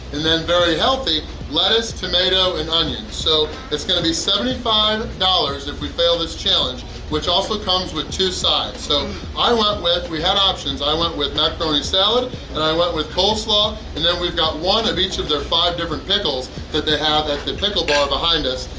and then very healthy lettuce, tomato, and onions. so it's going to be seventy five dollars if we fail this challenge which also comes with two sides. so i went with, we had options i went with macaroni salad and i went with coleslaw and then we've got one of each of their five different pickles that they have that the pickle bar behind us.